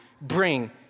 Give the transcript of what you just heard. bring